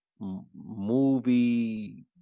movie